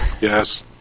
Yes